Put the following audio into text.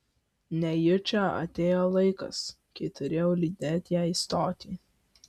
nejučia atėjo laikas kai turėjau lydėt ją į stotį